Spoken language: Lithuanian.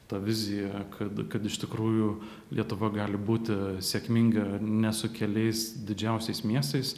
tą viziją kad kad iš tikrųjų lietuva gali būti sėkminga ne su keliais didžiausiais miestais